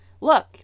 look